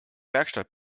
werkstatt